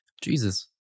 Jesus